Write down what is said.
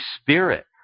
Spirit